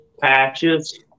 patches